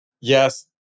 Yes